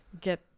get